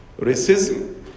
racism